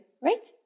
right